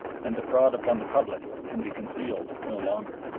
and the fraud upon the public can be concealed no longer.